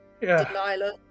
Delilah